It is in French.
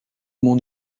mon